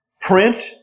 print